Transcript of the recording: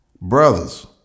Brothers